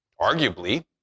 Arguably